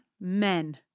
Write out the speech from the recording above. men